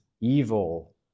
evil